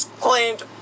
claimed